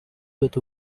with